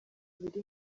biri